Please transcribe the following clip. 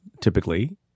typically